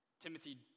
Timothy